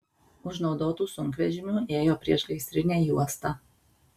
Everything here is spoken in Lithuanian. už naudotų sunkvežimių ėjo priešgaisrinė juosta